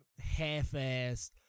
half-assed